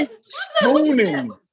spooning